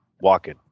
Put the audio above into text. walking